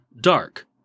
dark